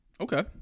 Okay